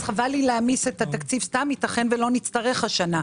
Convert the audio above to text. אז חבל לי סתם להעמיד את התקציב כי יתכן ולא נצטרך השנה.